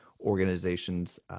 organizations